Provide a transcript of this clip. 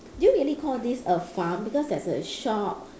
do you really call this a farm because there's a shop